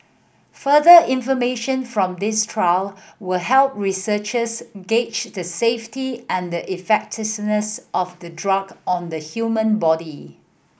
further information from this trial will help researchers gauge the safety and of the drug on the human body